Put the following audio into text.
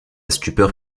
stupeur